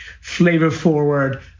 flavor-forward